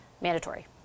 mandatory